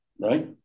right